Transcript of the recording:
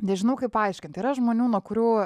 nežinau kaip paaiškint yra žmonių nuo kurių